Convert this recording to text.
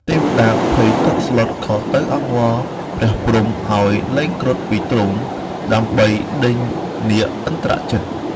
ទេវតាភ័យតក់ស្លុត ក៏ទៅអង្វរព្រះព្រហ្មឱ្យលែងគ្រុឌពីទ្រុង ដើម្បីដេញនាគឥន្ទ្រជិត។